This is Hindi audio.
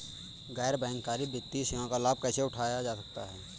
गैर बैंककारी वित्तीय सेवाओं का लाभ कैसे उठा सकता हूँ?